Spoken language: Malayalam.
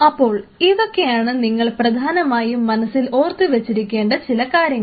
അപ്പോൾ ഇതൊക്കെയാണ് നിങ്ങൾ പ്രധാനമായും മനസ്സിൽ ഓർത്തു വെച്ചിരിക്കേണ്ട ചില കാര്യങ്ങൾ